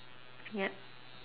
ya